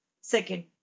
Second